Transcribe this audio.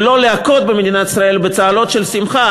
ולא להכות במדינת ישראל בצהלות של שמחה